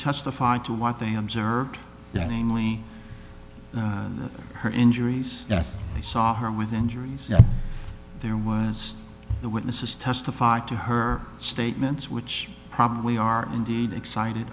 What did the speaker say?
testified to what they observed namely her injuries yes they saw her with injuries there was the witnesses testified to her statements which probably are indeed excited